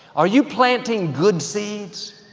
are you planting good seeds?